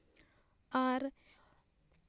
ᱟᱨ